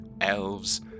elves